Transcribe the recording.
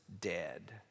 dead